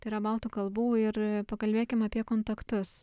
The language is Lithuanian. tai yra baltų kalbų ir pakalbėkim apie kontaktus